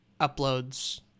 uploads